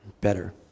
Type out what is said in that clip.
better